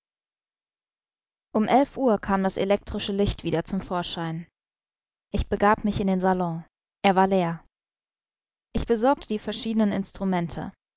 um elf uhr kam das elektrische licht wieder zum vorschein ich begab mich in den salon er war leer ich besorgte die verschiedenen instrumente